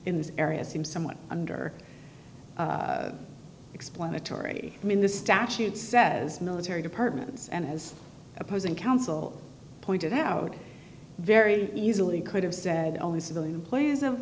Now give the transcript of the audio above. in this area seems somewhat under explanatory i mean the statute says military departments and as opposing counsel pointed out very easily could have said all the civilian employees